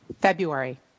February